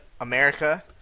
America